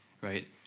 right